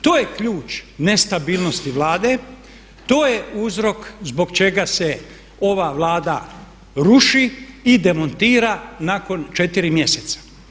To je ključ nestabilnosti Vlade, to je uzrok zbog čega se ova Vlada ruši i demontira nakon 4 mjeseca.